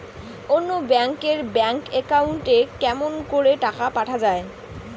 অন্য ব্যাংক এর bank account এ কেমন করে টাকা পাঠা যাবে?